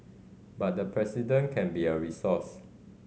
but the President can be a resource